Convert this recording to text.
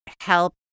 help